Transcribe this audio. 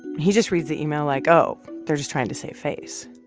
he just reads the email like, oh, they're just trying to save face.